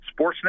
Sportsnet